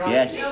Yes